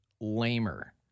lamer